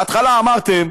בהתחלה אמרתם